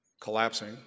collapsing